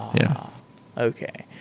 yeah okay.